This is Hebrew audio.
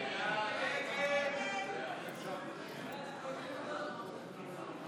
הסתייגות 50 לחלופין ז' לא נתקבלה.